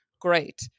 Great